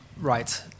right